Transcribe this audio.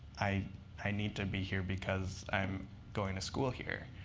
i i need to be here because i'm going to school here.